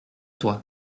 toi